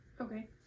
Okay